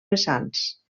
vessants